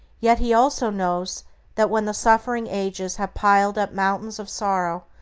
yet he also knows that when the suffering ages have piled up mountains of sorrow,